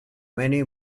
many